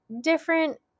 different